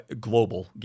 Global